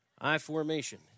I-formation